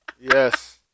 Yes